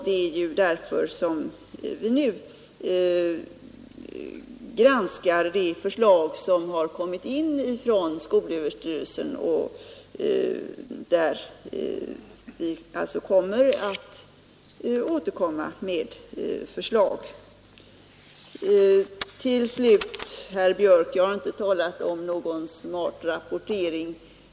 Det är därför vi nu granskar de förslag som har kommit in från skolöverstyrelsen, och vi kommer alltså att återkomma med förslag därvidlag. Till slut, herr Björk i Gävle: Jag har inte talat om någon smart rapportering.